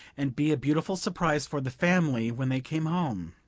and be a beautiful surprise for the family when they came home